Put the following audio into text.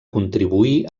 contribuir